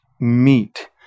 meet